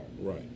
right